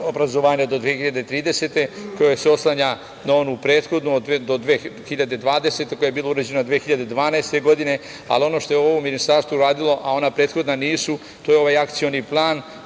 obrazovanja do 2030. godine koja se oslanja na onu prethodnu do 2020. godine, koja je bila urađena 2012. godine. Ali, ono što je ovo ministarstvo uradilo, a ona prethodna nisu, to je ovaj akcioni plan